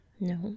No